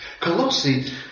Colossi